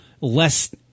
less